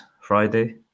Friday